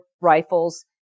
rifles